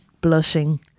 blushing